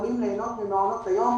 יכולים ליהנות ממעונות היום.